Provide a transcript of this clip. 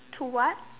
to what